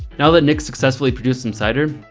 now that nick's successfully produced some cider,